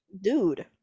dude